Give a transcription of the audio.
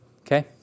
Okay